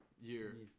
year